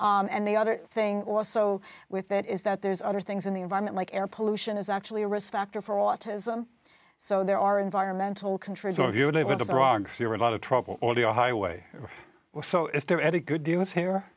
and the other thing also with that is that there's other things in the environment like air pollution is actually a risk factor for autism so there are environmental contributed to prague fear a lot of trouble audio highway well so if there are any good do is here